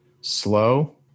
slow